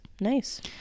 nice